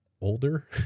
older